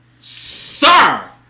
Sir